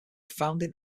founding